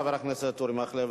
חבר הכנסת אורי מקלב,